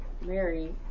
Mary